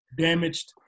damaged